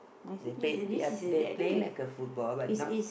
they play~ they are they playing like a football but not